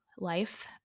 life